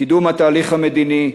קידום התהליך המדיני,